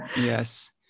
Yes